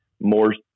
more